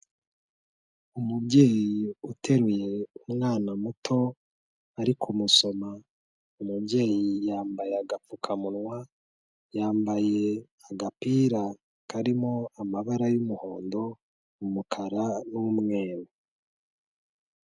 Umubyeyi uteruye umwana muto, ari kumusoma. Umubyeyi yambaye agapfukamunwa, yambaye agapira karimo amabara y'umuhondo, umukara n'umweru.